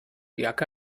jacke